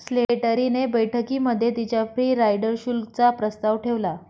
Slattery ने बैठकीमध्ये तिच्या फ्री राईडर शुल्क चा प्रस्ताव ठेवला